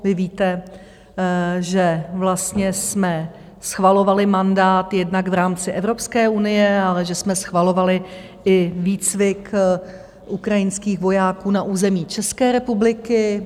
Vy víte, že vlastně jsme schvalovali mandát jednak v rámci Evropské unie, ale že jsme schvalovali i výcvik ukrajinských vojáků na území České republiky.